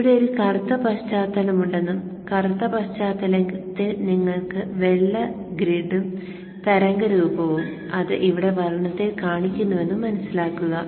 ഇവിടെ ഒരു കറുത്ത പശ്ചാത്തലമുണ്ടെന്നും കറുത്ത പശ്ചാത്തലത്തിൽ നിങ്ങൾക്ക് വെള്ള ഗ്രിഡും തരംഗ രൂപവും അത് ഇവിടെ വർണ്ണത്തിൽ കാണിക്കുന്നുവെന്നും മനസിലാക്കുക